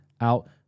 out